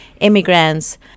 immigrants